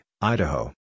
Idaho